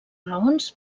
raons